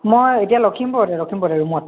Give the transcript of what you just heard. মই এতিয়া লখিমপুৰতে লখিমপুৰতে ৰুমত